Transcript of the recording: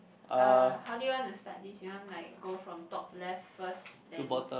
uh how do you want to start this you want like go from top left first then